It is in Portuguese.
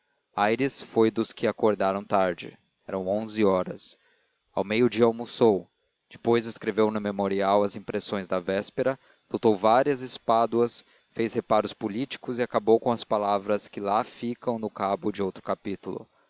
aires foi dos que acordaram tarde eram onze horas ao meio-dia almoçou depois escreveu no memorial as impressões da véspera notou várias espáduas fez reparos políticos e acabou com as palavras que lá ficam no cabo do outro capítulo